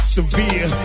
severe